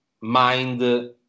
mind